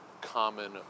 common